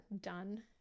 done